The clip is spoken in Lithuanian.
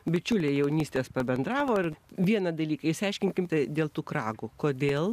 bičiuliai jaunystės pabendravo ir vieną dalyką išsiaiškinkime tai dėl tų kragų kodėl